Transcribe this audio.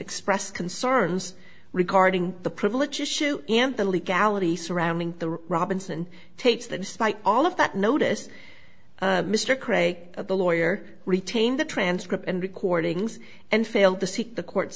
expressed concerns regarding the privilege issue and the legality surrounding the robinson tapes than spite all of that notice mr craig the lawyer retained the transcript and recordings and failed to seek the court